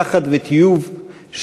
פחד ותיעוב,